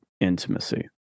intimacy